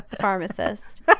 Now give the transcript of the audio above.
pharmacist